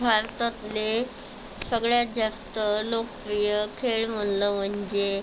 भारतातले सगळ्यात जास्त लोकप्रिय खेळ म्हटलं म्हणजे